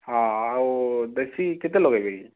ହଁ ଆଉ ଦେଶୀ କେତେ ଲଗେଇବି କି